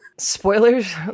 spoilers